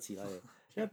ya